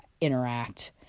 interact